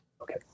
Okay